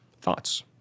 thoughts